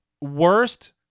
Worst